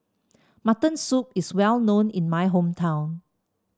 Mutton Soup is well known in my hometown